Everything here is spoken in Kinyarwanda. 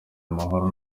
amahoro